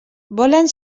volen